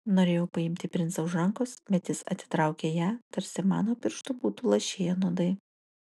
norėjau paimti princą už rankos bet jis atitraukė ją tarsi man nuo pirštų būtų lašėję nuodai